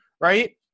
right